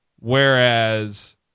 Whereas